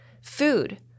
Food